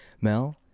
Mel